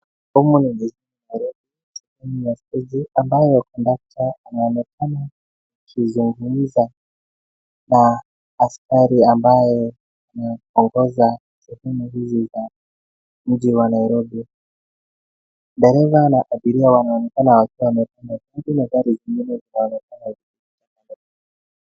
Humu ni ya stagey , ambayo conductor anaonekana akizungumza na askari ambaye anaongoza shughuli hizi za mji wa Nairobi. Dereva na abiria wanaonekana wakiwa wamepanda pande na gari zingine zinaonekana zikipita kando.